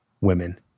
women